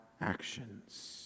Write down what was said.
actions